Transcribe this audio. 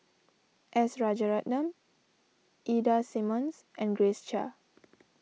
S Rajaratnam Ida Simmons and Grace Chia